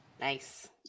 Nice